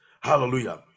Hallelujah